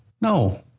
No